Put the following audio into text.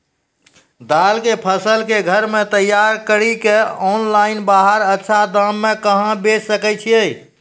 दाल के फसल के घर मे तैयार कड़ी के ऑनलाइन बाहर अच्छा दाम मे कहाँ बेचे सकय छियै?